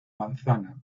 manzana